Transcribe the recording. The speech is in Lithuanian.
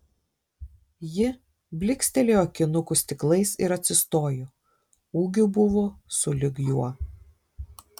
ji blykstelėjo akinukų stiklais ir atsistojo ūgiu buvo sulig juo